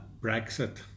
Brexit